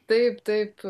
taip taip